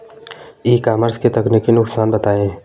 ई commerce के तकनीकी नुकसान बताएं?